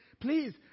Please